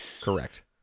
Correct